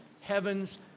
Heaven's